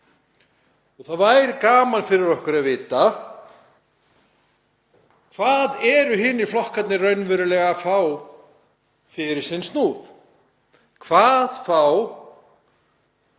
Það væri gaman fyrir okkur að vita hvað hinir flokkarnir eru raunverulega að fá fyrir sinn snúð. Hvað fá